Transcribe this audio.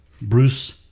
Bruce